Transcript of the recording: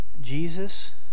Jesus